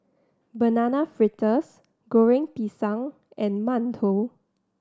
Banana Fritters Goreng Pisang and mantou